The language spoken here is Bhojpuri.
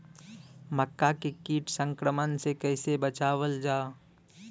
मक्का के कीट संक्रमण से कइसे बचावल जा?